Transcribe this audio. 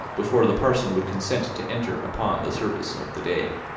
before the parson would consent to enter upon the service of the day.